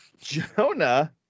Jonah